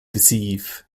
deceive